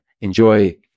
Enjoy